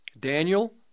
Daniel